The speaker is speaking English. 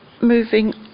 Moving